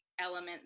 element